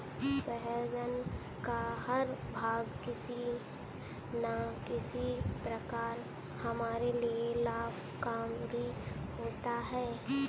सहजन का हर भाग किसी न किसी प्रकार हमारे लिए लाभकारी होता है